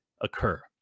occur